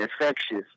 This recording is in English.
infectious